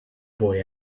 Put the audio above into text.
boy